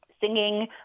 singing